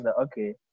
okay